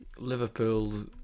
Liverpool's